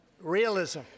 realism